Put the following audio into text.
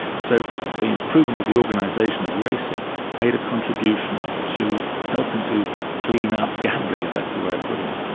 so the improvement of the organisation of racing made a contribution to helping to clean up gambling, if that's the way of putting it.